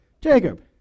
Jacob